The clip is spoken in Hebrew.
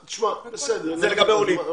זה לגבי עולים.